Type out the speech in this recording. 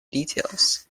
details